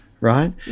right